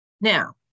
Now